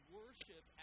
worship